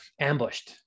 ambushed